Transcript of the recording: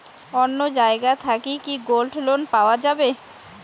অন্য জায়গা থাকি কি গোল্ড লোন পাওয়া যাবে?